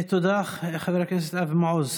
תודה, חבר הכנסת אבי מעוז.